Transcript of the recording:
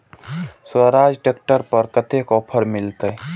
Swaraj tractor पर कतेक offer मिलते?